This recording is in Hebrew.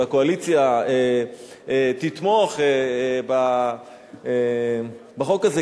והקואליציה תתמוך בחוק הזה.